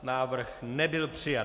Návrh nebyl přijat.